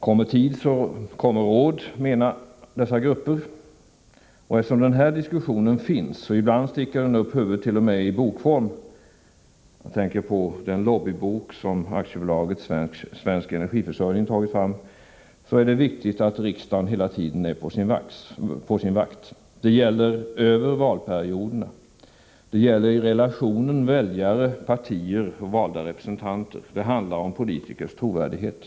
Kommer tid kommer råd, menar man inom dessa grupper. Eftersom den sortens diskussion förekommer — ibland sticker man upp huvudet t.o.m. i bokform, exempelvis när det gäller den lobbybok som AB Svensk energiförsörjning tagit fram — är det viktigt att riksdagen hela tiden är på sin vakt. Det måste gälla över valperioderna. Det gäller relationen mellan väljare, partier och valda representanter. Det handlar om politikers trovärdighet.